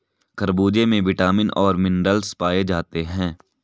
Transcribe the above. खरबूजे में विटामिन और मिनरल्स पाए जाते हैं